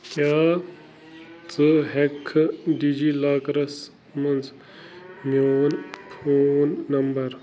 کیٛاہ ژٕ ہیٚکہِ کھا ڈی جی لاکرس منٛز میٛون فون نمبر